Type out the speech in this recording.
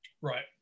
Right